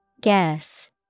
Guess